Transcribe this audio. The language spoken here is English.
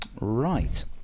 Right